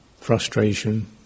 frustration